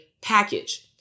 package